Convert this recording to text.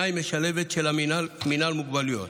"פנאי משלבת" של מינהל המוגבלויות.